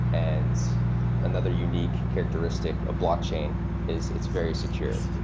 and another unique characteristic of blockchain is it's very secure.